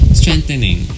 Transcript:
strengthening